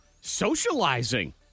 socializing